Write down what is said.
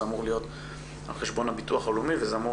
זה אמור להיות על חשבון הביטוח הלאומי וזה אמור